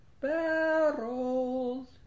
barrels